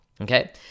okay